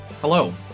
Hello